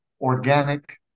organic